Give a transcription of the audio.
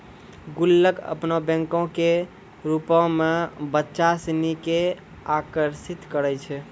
गुल्लक अपनो बैंको के रुपो मे बच्चा सिनी के आकर्षित करै छै